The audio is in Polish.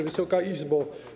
Wysoka Izbo!